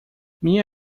minha